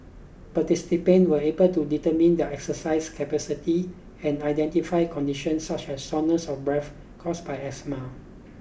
participants will be able to determine their exercise capacity and identify conditions such as shortness of breath caused by asthma